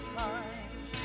times